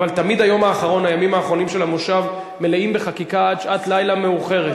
אבל תמיד הימים האחרונים של המושב מלאים בחקיקה עד שעת לילה מאוחרת.